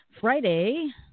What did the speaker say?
Friday